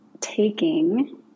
taking